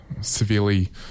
severely